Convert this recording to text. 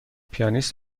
پیانیست